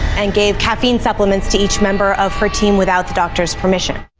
and gave caffeine supplements to each member of her team without the doctor's permission.